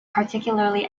particularly